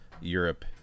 Europe